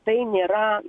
tai nėra